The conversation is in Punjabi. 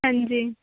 ਹਾਂਜੀ